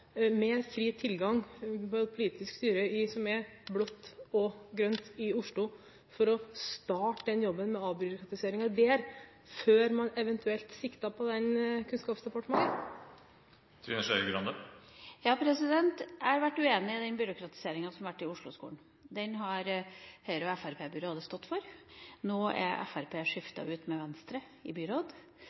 med fri tilgang til et politisk styre som er blått og grønt, i Oslo, for å starte jobben med avbyråkratisering der før man eventuelt siktet på Kunnskapsdepartementet? Jeg har vært uenig i den byråkratiseringa som har vært i Osloskolen. Den har Høyre- og Fremskrittspartiet-byrådet stått for. Nå er Fremskrittspartiet skiftet ut med Venstre i byråd.